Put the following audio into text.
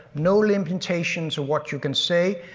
no limitations of what you can say.